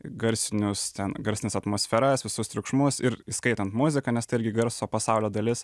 garsinius ten garsines atmosferas visus triukšmus ir įskaitant muziką nes tai irgi garso pasaulio dalis